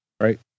right